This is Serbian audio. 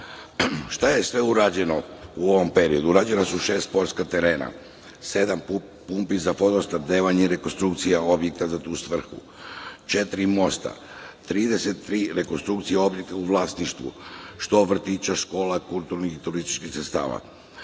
je sve urađeno u ovom periodu? Urađeno je šest sportskih terena, sedam pumpi za vodosnabdevanje i rekonstrukcija objekta za tu svrhu, četiri mosta, 33 rekonstrukcije objekata u vlasništvu, što vrtića, škola, kulturnih i turističkih centara,